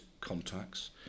contacts